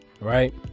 Right